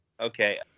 Okay